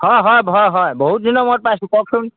হয় হয় হয় হয় বহুত দিনৰ মূৰত পাইছোঁ কওকচোন